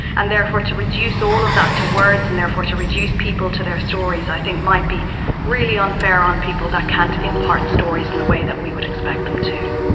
and therefore to reduce all of that to words and therefore to reduce people to their stories i think might be really unfair on people that can't impart stories in a way that we would expect them to.